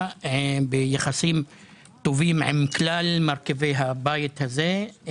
ביחסים טובים עם כלל מרכיבי הבית הזה.